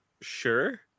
Sure